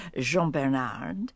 Jean-Bernard